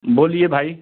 बोलिए भाई